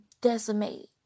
decimated